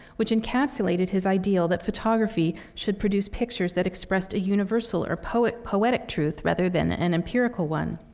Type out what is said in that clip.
which encapsulated his ideal that photography should produce pictures that expressed a universal or poetic poetic truth rather than an empirical one.